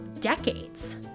decades